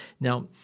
Now